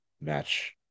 match